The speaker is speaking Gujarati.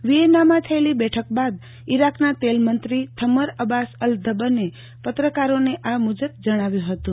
વિચેનામાં થયેલી બેઠક બાદ ઇરાકના તેલ મંત્રી થમર અબ્બાસ અલધબને પત્રકારોને આ મુજબ જણાવ્ય હતું